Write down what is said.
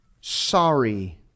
sorry